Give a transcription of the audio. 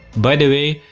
by the way,